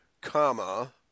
comma